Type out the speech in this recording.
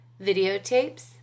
Videotapes